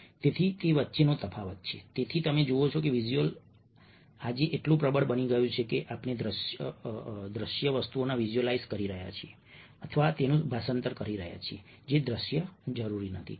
તેથી આ તે વચ્ચેનો તફાવત છે અહીં તમે જુઓ છો કે વિઝ્યુઅલ આજે એટલું પ્રબળ બની ગયું છે કે આપણે દ્રશ્ય વસ્તુઓમાં વિઝ્યુઅલાઈઝ કરી રહ્યા છીએ અથવા તેનું ભાષાંતર કરી રહ્યા છીએ જે દ્રશ્ય જરૂરી નથી